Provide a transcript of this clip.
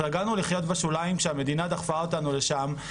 התרגלנו לחיות בשוליים, כשהמדינה דחפה אותנו לשם.